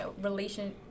relation